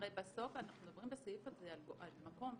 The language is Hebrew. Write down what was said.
הרי בסוף אנחנו מדברים בסעיף הזה על מקום,